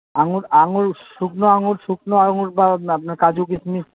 আঙুর আঙুর শুকনো আঙুর শুকনো আঙুর বা আপনার কাজু কিশমিশ